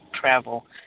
travel